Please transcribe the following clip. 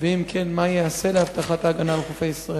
2. אם כן, מה ייעשה להבטחת ההגנה על חופי ישראל?